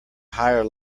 higher